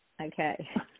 Okay